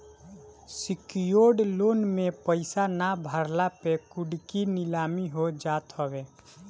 secured loan में पईसा ना भरला पे कुड़की नीलामी हो जात हवे